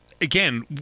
again